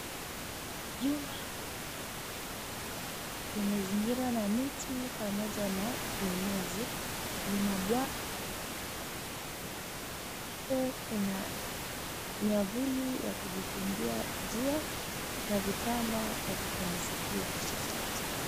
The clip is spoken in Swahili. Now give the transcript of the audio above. Jumba lenye rangi nyeusi limezingirwa na miti pamoja na minazi. Lina bwawa la kuogelea, kando kuna miavuli ya kujikingia jua na vitanda vya kupumzikia.